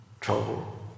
trouble